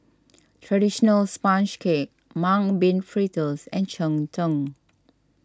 Traditional Sponge Cake Mung Bean Fritters and Cheng Tng